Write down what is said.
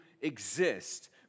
exist